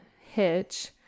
Hitch